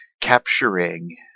capturing